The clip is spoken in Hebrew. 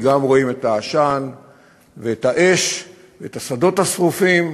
גם רואים את העשן ואת האש ואת השדות השרופים,